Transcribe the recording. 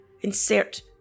insert